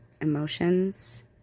Emotions